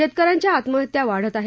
शेतकऱ्यांच्या आत्महत्या वाढत आहेत